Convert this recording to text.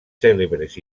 cèlebres